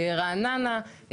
רעננה,